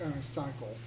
cycle